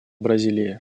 бразилии